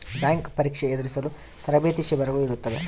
bank ಪರೀಕ್ಷೆ ಎದುರಿಸಲು ತರಬೇತಿ ಶಿಬಿರಗಳು ಇರುತ್ತವೆ